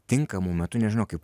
tinkamu metu nežinau kaip